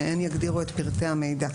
שהן יגדירו את פרטי המידע.